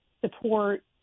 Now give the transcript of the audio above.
support